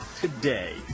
today